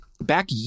back